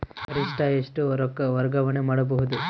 ಗರಿಷ್ಠ ಎಷ್ಟು ರೊಕ್ಕ ವರ್ಗಾವಣೆ ಮಾಡಬಹುದು?